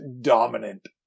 dominant